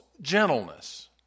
gentleness